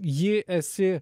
jį esi